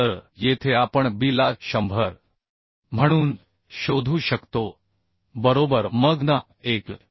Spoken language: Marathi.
तर येथे आपण B ला 100 म्हणून शोधू शकतो बरोबर मग n1